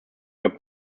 were